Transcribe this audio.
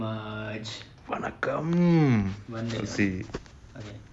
ம்வந்தனம்: vanthanam